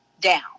down